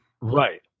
Right